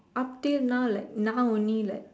up till now like now only like